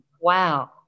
Wow